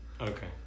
Okay